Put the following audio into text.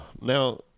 Now